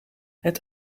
het